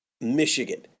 Michigan